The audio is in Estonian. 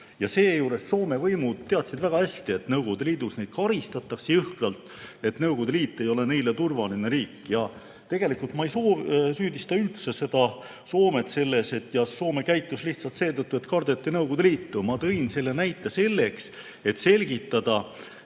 Ja seejuures Soome võimud teadsid väga hästi, et Nõukogude Liidus neid karistatakse jõhkralt, et Nõukogude Liit ei ole neile turvaline riik. Tegelikult ma ei süüdista üldse Soomet selles, Soome käitus nii lihtsalt seetõttu, et kardeti Nõukogude Liitu. Ma tõin selle näite selleks, et selgitada